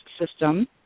system